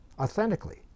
authentically